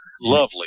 Lovely